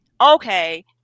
okay